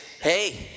hey